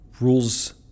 rules